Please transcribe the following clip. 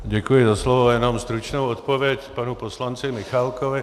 Děkuji za slovo a jenom stručnou odpověď panu poslanci Michálkovi.